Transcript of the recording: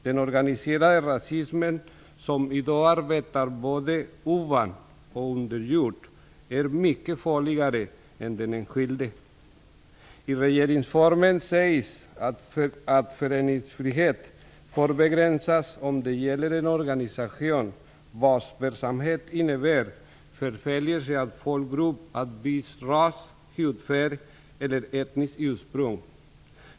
Den organiserade rasismen, som i dag arbetar både ovan och under jord, är mycket farligare än den enskilde. I regeringsformen sägs att föreningsfriheten får begränsas om det gäller en organisation vars verksamhet innebär förföljelse av folkgrupp av viss ras, hudfärg eller etniskt ursprung.